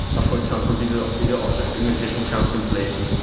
ah for example, video video object segmentation comes in place.